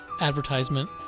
advertisement